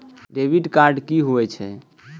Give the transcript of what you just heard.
Debit card कि होई छै?